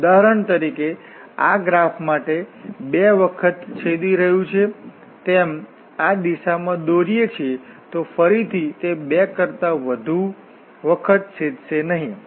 ઉદાહરણ તરીકે આ ગ્રાફ માટે બે વખત છેદી રહ્યું છે તેમ આ દિશામાં દોરીએ છીએ તો ફરીથી તે બે કરતા વધુ વખત છેદશે નહીં